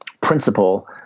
principle